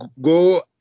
go